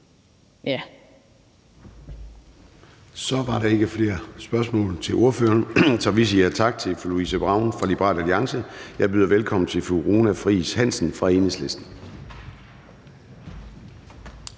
Gade): Der er ikke flere spørgsmål til ordføreren, så vi siger tak til fru Louise Brown fra Liberal Alliance. Jeg byder velkommen til fru Runa Friis Hansen fra Enhedslisten.